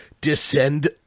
descend